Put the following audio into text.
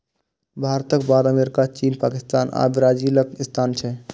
भारतक बाद अमेरिका, चीन, पाकिस्तान आ ब्राजीलक स्थान छै